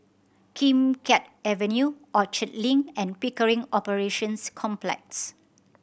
Kim Keat Avenue Orchard Link and Pickering Operations Complex